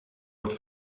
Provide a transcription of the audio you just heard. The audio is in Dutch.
wordt